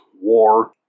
war